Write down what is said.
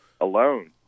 alone